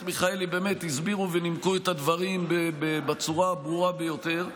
מיכאלי באמת הסבירו ונימקו את הדברים בצורה הברורה ביותר,